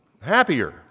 happier